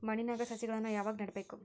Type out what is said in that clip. ಮಣ್ಣಿನ್ಯಾಗ್ ಸಸಿಗಳನ್ನ ಯಾವಾಗ ನೆಡಬೇಕು?